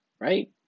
right